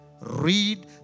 Read